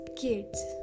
kids